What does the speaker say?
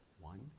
One